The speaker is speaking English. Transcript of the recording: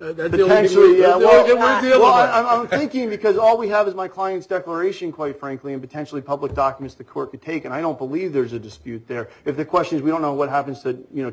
yeah ok how do i thank you because all we have is my client's declaration quite frankly and potentially public documents the court could take and i don't believe there's a dispute there if the question is we don't know what happens to you know two